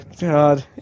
god